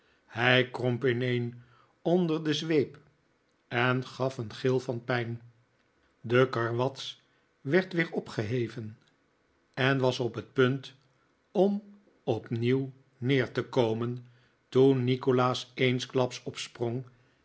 hij kromp ineen onder de zweep en gaf een gil van pijn de karwats werd weer opgeheven en was op het punt om opnieuw neer te komen toen nikolaas eensklaps opsprong